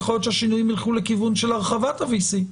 יכול להיות שהשינויים ילכו לכיוון של הרחבת ה-VC,